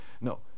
no